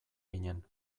ginen